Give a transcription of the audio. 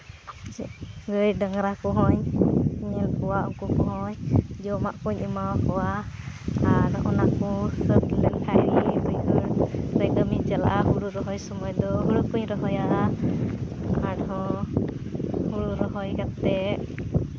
ᱜᱟᱹᱭ ᱰᱟᱝᱨᱟ ᱠᱚᱦᱚᱸᱧ ᱧᱮᱞ ᱠᱚᱣᱟ ᱩᱱᱠᱩ ᱠᱚᱦᱚᱸᱧ ᱡᱚᱢᱟᱜ ᱠᱚᱧ ᱮᱢᱟᱣ ᱠᱚᱣᱟ ᱟᱨ ᱚᱱᱟ ᱠᱚ ᱥᱟᱹᱛ ᱞᱮᱱᱠᱷᱟᱡ ᱜᱮ ᱵᱟᱹᱭᱦᱟᱹᱲ ᱨᱮ ᱠᱟᱹᱢᱤᱧ ᱪᱟᱞᱟᱜᱼᱟ ᱦᱳᱲᱳ ᱨᱚᱦᱚᱭ ᱥᱚᱢᱚᱭ ᱫᱚ ᱦᱩᱲᱩ ᱠᱚᱧ ᱨᱚᱦᱚᱭᱟ ᱟᱨᱦᱚᱸ ᱦᱳᱲᱳ ᱨᱚᱦᱚᱭ ᱠᱟᱛᱮᱫ